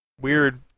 weird